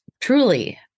truly